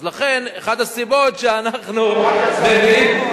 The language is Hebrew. אז לכן אחת הסיבות שאנחנו מביאים,